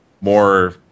more